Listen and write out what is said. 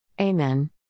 Amen